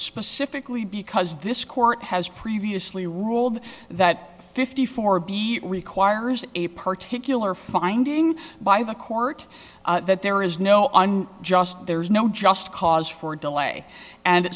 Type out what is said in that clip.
specifically because this court has previously ruled that fifty four b requires a particular finding by the court that there is no on just there is no just cause for delay and